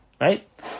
Right